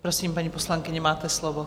Prosím, paní poslankyně máte slovo.